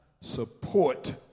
support